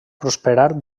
prosperar